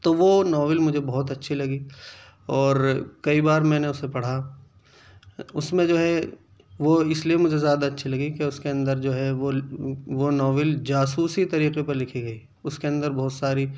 تو وہ ناول مجھے بہت اچھی لگی اور کئی بار میں نے اسے پڑھا اس میں جو ہے وہ اس لیے مجھے زیادہ اچھی لگی کہ اس کے اندر جو ہے وہ وہ ناول جاسوسی طریقے پر لکھی گئی اس کے اندر بہت ساری